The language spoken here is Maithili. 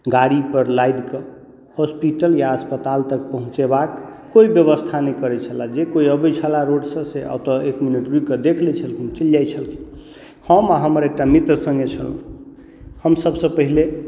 गाड़ी पर लादिके हॉस्पिटल या अस्पताल तक पहुँचयबाक कोइ व्यवस्था नहि करैत छलै जे केओ अबैत छलाह रोड से एतऽ एक मिनट रूकिके देखि लै छलै चलि जाइत छलखिन हम आ हमर एकटा मित्र सङ्गे छलहुँ हम सबसे पहिले